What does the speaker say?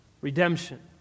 Redemption